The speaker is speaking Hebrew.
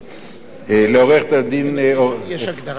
יש הגדרה של אדם זר שם?